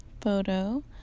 photo